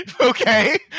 Okay